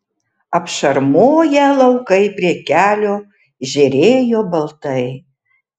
apšarmoję laukai prie kelio žėrėjo baltai